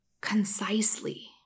concisely